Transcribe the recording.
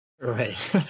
right